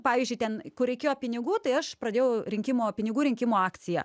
pavyzdžiui ten kur reikėjo pinigų tai aš pradėjau rinkimo pinigų rinkimo akciją